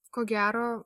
ko gero